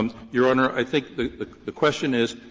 um your honor, i think the question is,